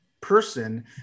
person